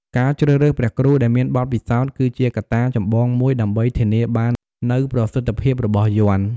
ការជ្រើសរើសព្រះគ្រូដែលមានបទពិសោធន៍ គឺជាកត្តាចម្បងមួយដើម្បីធានាបាននូវប្រសិទ្ធភាពរបស់យ័ន្ត។